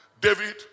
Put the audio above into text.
David